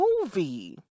movie